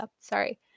sorry